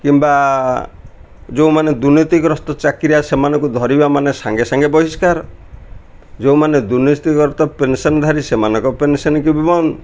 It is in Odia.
କିମ୍ବା ଯୋଉମାନେ ଦୁର୍ନୀତିଗ୍ରସ୍ତ ଚାକିରିଆ ସେମାନଙ୍କୁ ଧରିବା ମାନେ ସାଙ୍ଗେ ସାଙ୍ଗେ ବହିଷ୍କାର ଯୋଉମାନେ ପେନ୍ସନ୍ଧାରୀ ଧରି ସେମାନଙ୍କ ପେନ୍ସନ୍ କି ବି ବନ୍ଦ